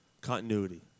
continuity